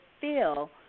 Feel